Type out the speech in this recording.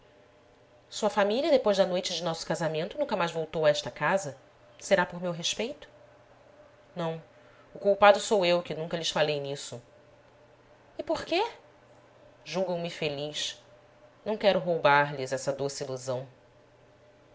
sua família depois da noite de nosso casamento nunca mais voltou a esta casa será por meu respeito não o culpado sou eu que nunca lhes falei nisso e por quê julgam me feliz não quero roubar lhes essa doce ilusão